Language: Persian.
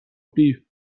قیف